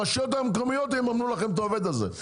הרשויות המקומיות יממנו לכם את העובד הזה,